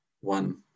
one